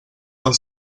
del